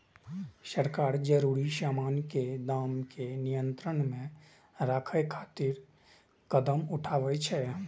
सरकार जरूरी सामान के दाम कें नियंत्रण मे राखै खातिर कदम उठाबै छै